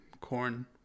corn